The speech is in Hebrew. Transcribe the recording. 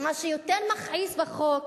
מה שיותר מכעיס בחוק